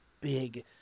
big